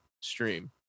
stream